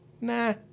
nah